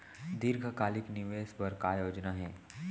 दीर्घकालिक निवेश बर का योजना हे?